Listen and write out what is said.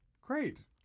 Great